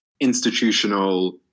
institutional